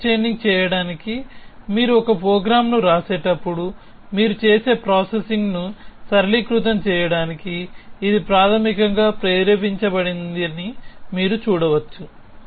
forward chaining చేయడానికి మీరు ఒక ప్రోగ్రామ్ రాసేటప్పుడు మీరు చేసే ప్రాసెసింగ్ను సరళీకృతం చేయడానికి ఇది ప్రాథమికంగా ప్రేరేపించబడిందని మీరు చూడవచ్చు